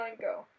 go